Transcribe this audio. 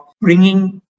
bringing